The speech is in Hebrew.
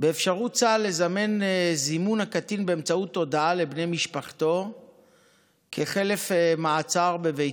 באפשרות צה"ל לזמן קטין באמצעות הודעה לבני משפחתו כחלף מעצר בביתו.